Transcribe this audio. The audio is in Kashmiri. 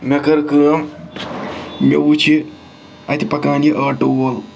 مےٚ کٔر کٲم مےٚ وُچھ یہِ اَتہِ پَکان یہِ آٹوٗ وول